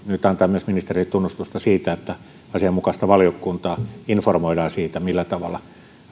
antaa ministerille tunnustusta myös siitä että asianmukaista valiokuntaa informoidaan siitä millä tavalla